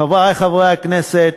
חברי חברי הכנסת,